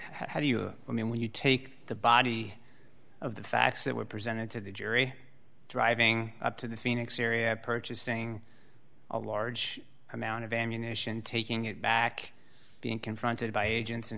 how do you i mean when you take the body of the facts that were presented to the jury driving up to the phoenix area purchasing a large amount of ammunition taking it back being confronted by agents and